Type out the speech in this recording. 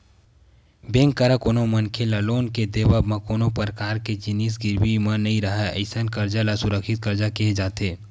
bank करा कोनो मनखे ल लोन के देवब म कोनो परकार के जिनिस गिरवी म नइ राहय अइसन करजा ल असुरक्छित करजा केहे जाथे